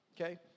Okay